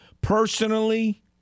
Personally